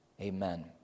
amen